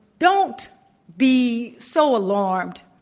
don't be so alarmed.